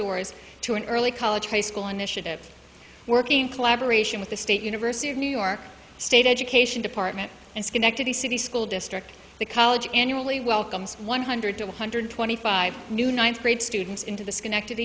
doors to an early college high school initiative working collaboration with the state university of new york state education department and schenectady city school district the college annually welcomes one hundred to one hundred twenty five new ninth grade students into